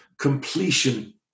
Completion